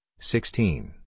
sixteen